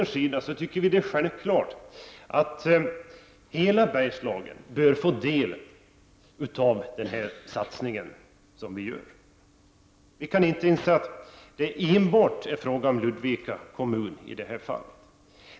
Vi i centern tycker att det är självklart att hela Bergslagen bör få del av den satsning vi gör. Vi kan inte inse att det enbart är fråga om Ludvika kommun i det här fallet.